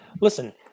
listen